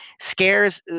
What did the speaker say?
scares